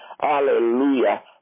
Hallelujah